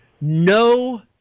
no